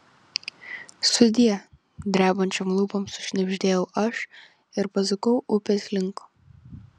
sudie drebančiom lūpom sušnibždėjau aš ir pasukau upės link